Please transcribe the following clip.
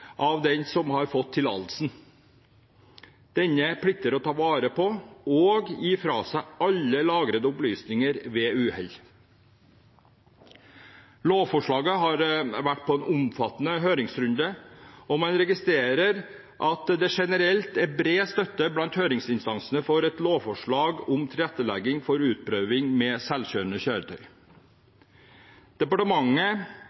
av den som har fått tillatelsen. Denne plikter å ta vare på og gi fra seg alle lagrede opplysninger ved uhell. Lovforslaget har vært på en omfattende høringsrunde, og man registrerer at det generelt er bred støtte blant høringsinstansene for et lovforslag om tilrettelegging for utprøving med selvkjørende